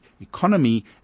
economy